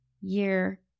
year